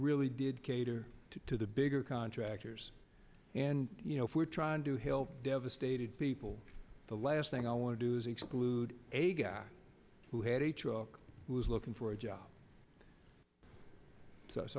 really did cater to the bigger contractors and you know if we're trying to help devastated people the last thing i want to do is excluded a guy who had a truck was looking for a job so it's